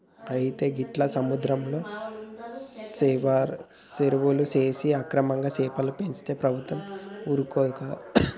అయితే గీట్ల సముద్రంలో సెరువులు సేసి అక్రమంగా సెపలను పెంచితే ప్రభుత్వం ఊరుకోదు కదా